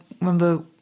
Remember